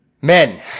Men